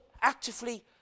actively